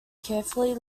carefully